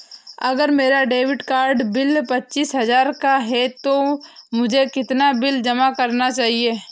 अगर मेरा credit card bill पच्चीस हजार का है तो मुझे कितना बिल जमा करना चाहिए?